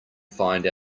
find